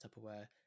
tupperware